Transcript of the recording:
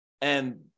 And-